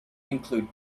include